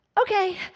Okay